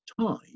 time